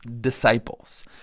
disciples